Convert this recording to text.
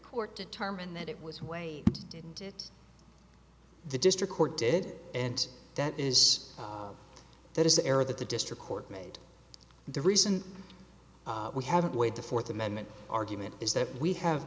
court determined that it was way didn't it the district court did and that is that is the error that the district court made and the reason we haven't weighed the fourth amendment argument is that we have